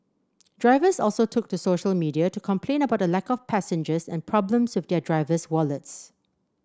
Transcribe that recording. drivers also took to social media to complain about a lack of passengers and problems with their driver's wallets